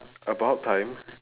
about time